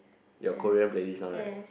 your Korean playlist now right